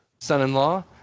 Son-in-law